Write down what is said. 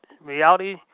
reality